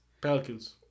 Pelicans